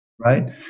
right